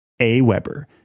AWeber